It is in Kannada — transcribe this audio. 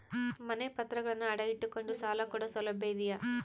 ಮನೆ ಪತ್ರಗಳನ್ನು ಅಡ ಇಟ್ಟು ಕೊಂಡು ಸಾಲ ಕೊಡೋ ಸೌಲಭ್ಯ ಇದಿಯಾ?